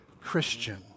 Christian